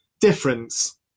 difference